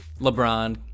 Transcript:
lebron